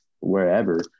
wherever